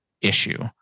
issue